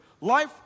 Life